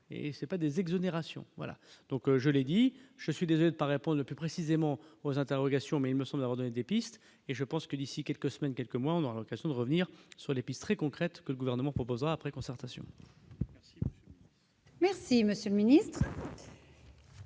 voilà donc je l'ai dit, je suis désolé, pas répondre plus précisément aux interrogations mais il me semble des pistes et je pense que d'ici quelques semaines, quelques mois, on aura l'occasion de revenir sur les pistes très concrètes que le gouvernement proposera après concertation. Merci monsieur ministe.